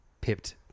pipped